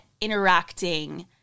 interacting